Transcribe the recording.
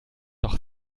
doch